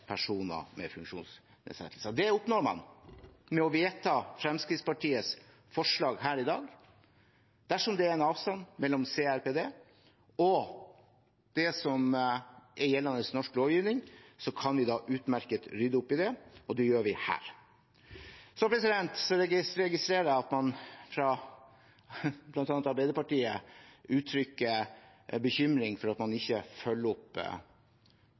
personer med funksjonsnedsettelser. Det oppnår man ved å vedta Fremskrittspartiets forslag her i dag. Dersom det er en avstand mellom CRPD og det som er gjeldende norsk lovgivning, kan vi utmerket godt rydde opp i det, og det gjør vi her. Så registrerer jeg at man fra bl.a. Arbeiderpartiet uttrykker bekymring for at man ikke følger opp